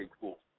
cool